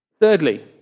Thirdly